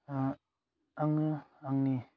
आङो आंनि